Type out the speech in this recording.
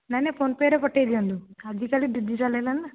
ନାହିଁ ନାହିଁ ଫୋନ ପେ'ରେ ପଠାଇ ଦିଅନ୍ତୁ ଆଜିକାଲି ଡିଜିଟାଲ ହେଲାଣି ନା